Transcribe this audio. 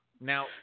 Now